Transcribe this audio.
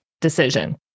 decision